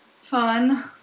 fun